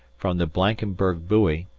from the blankenberg buoy,